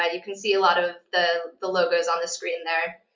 and you can see a lot of the the logos on the screen there.